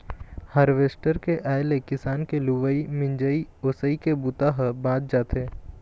harvester के आए ले किसान के लुवई, मिंजई, ओसई के बूता ह बाँच जाथे